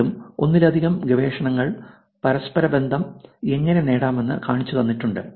വീണ്ടും ഒന്നിലധികം ഗവേഷകർ പരസ്പരബന്ധം എങ്ങനെ നേടാമെന്ന് കാണിച്ചു തന്നിട്ടുണ്ട്